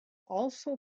also